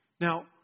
Now